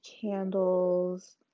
candles